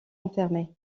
enfermée